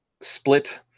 split